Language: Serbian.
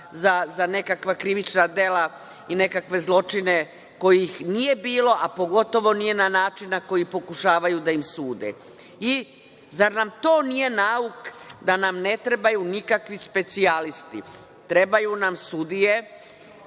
za nekakva krivične dela i nekakve zločine kojih nije bilo, a pogotovo na način na koje pokušavaju da im sude. Zar na to nije nauk da nam ne trebaju nikakvi specijalisti. Trebaju nam sudije